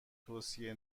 توصیه